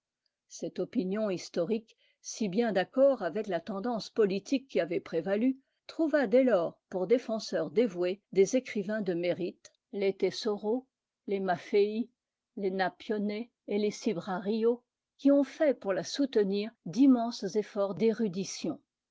cette opinion historique si bien d'accord avec la tendance politique qui avait prévalu trouva dès lors pour défenseurs dévoués des écrivains de mérite les tcsauro les maffei les napioue et les cibrario qui ont fait pour la soutenir d'immenses efforts d'érudition